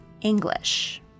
English